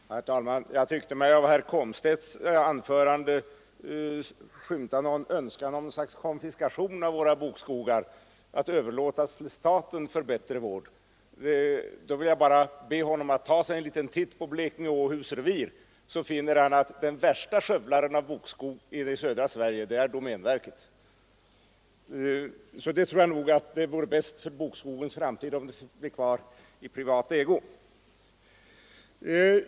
Herr talman! Jag tyckte mig i herr Komstedts anförande skymta någon önskan om konfiskation av våra bokskogar för att överlåta dem till staten för bättre vård. Jag vill därför be honom att ta sig en liten titt på Blekinge-Åhus revir — då finner han att den värsta skövlaren av bokskog i södra Sverige är domänverket. Jag tror därför att det vore bäst för bokskogens framtid att den finge bli kvar i privat ägo.